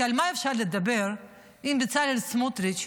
כי על מה אפשר לדבר אם בצלאל סמוטריץ'